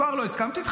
כבר לא הסכמתי איתך,